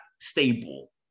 stable